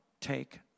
take